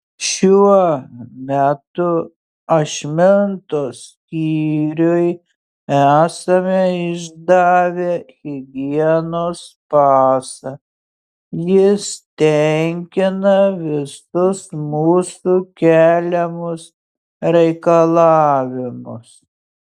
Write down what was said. šiuo metu ašmintos skyriui esame išdavę higienos pasą jis tenkina visus mūsų keliamus reikalavimus